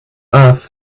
earth